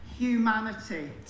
Humanity